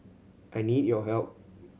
I need your help